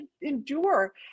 endure